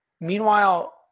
Meanwhile